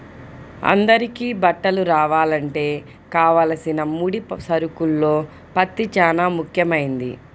అందరికీ బట్టలు రావాలంటే కావలసిన ముడి సరుకుల్లో పత్తి చానా ముఖ్యమైంది